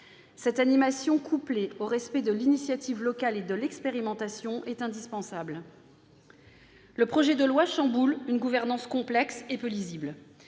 Cette animation, couplée au respect de l'initiative locale et de l'expérimentation, est indispensable. Le projet de loi chamboule une gouvernance complexe et peu lisible.